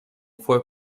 fue